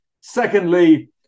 Secondly